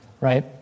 right